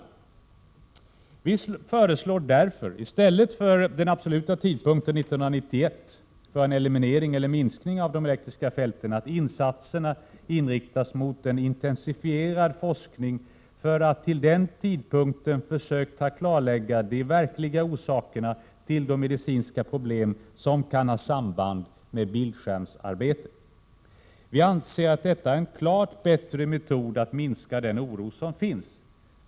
123 Vi föreslår därför i stället för den absoluta tidpunkten 1991 för en eliminering eller minskning av de elektriska fälten, att insatserna inriktas mot en intensifierad forskning för att till den tidpunkten försöka klarlägga de verkliga orsakerna till de medicinska problem som kan ha samband med bildskärmsarbete. Vi anser att detta är en klart bättre metod för att minska den oro som finns.